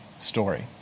story